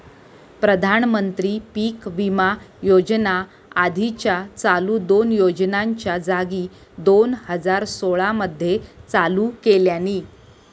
प्रधानमंत्री पीक विमा योजना आधीच्या चालू दोन योजनांच्या जागी दोन हजार सोळा मध्ये चालू केल्यानी